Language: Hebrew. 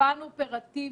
פן אופרטיבי,